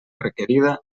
requerida